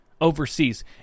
overseas